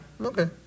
okay